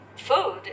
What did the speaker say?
Food